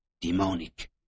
demonic